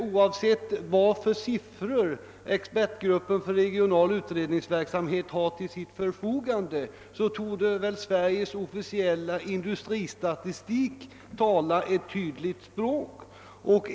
Oavsett vilka siffror expertgruppen för regional utredningsverksamhet har till sitt förfogande, torde väl Sveriges officiella industristatistik tala ett tydligt språk.